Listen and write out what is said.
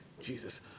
Jesus